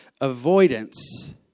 Avoidance